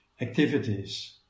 Activities